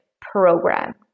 program